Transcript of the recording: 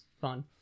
fun